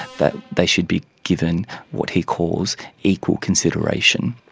that they should be given what he calls equal consideration.